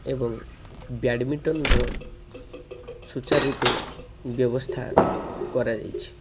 ଏବଂ ବ୍ୟାଡ଼ମିଣ୍ଟନର ସୁଚାରୁ ରୂପେ ବ୍ୟବସ୍ଥା କରାଯାଇଛି